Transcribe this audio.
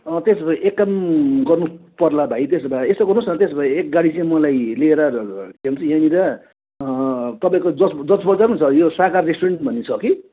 त्यसो भए एक काम गर्नुपर्ला भाइ त्यसो भए यसो गर्नुहोस् न त्यसो भए एक गाडी चाहिँ मलाई लिएर के भन्छ यहाँनिर लिएर तपाईँको जज जज बजारमै छ यो सागर रेस्टुरेन्ट भन्ने छ कि